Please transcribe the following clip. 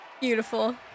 Beautiful